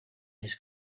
his